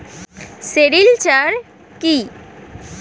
Sericulture কি?